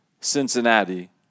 Cincinnati